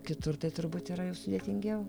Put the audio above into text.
kitur tai turbūt yra jau sudėtingiau